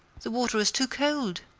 the water is too cold!